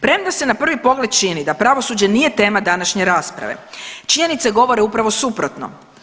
Premda se na prvi pogled čini da pravosuđe nije tema današnje rasprave činjenice govore upravo suprotno.